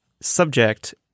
subject